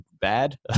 bad